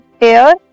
air